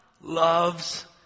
loves